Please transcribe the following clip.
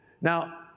Now